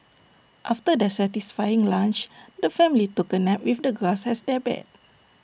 after their satisfying lunch the family took A nap with the grass as their bed